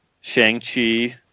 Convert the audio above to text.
Shang-Chi